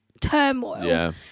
turmoil